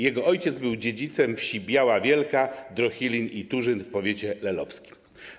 Jego ojciec był dziedzicem wsi Biała Wielka, Drochlin i Turzyn w powiecie lelowskim.